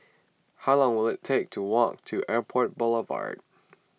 how long will it take to walk to Airport Boulevard